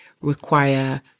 require